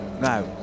now